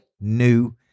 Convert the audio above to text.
new